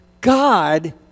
God